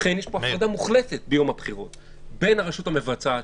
לכן יש פה הפרדה מוחלטת ביום הבחירות בין הרשות המבצעת,